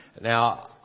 Now